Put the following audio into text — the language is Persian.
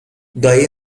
دایی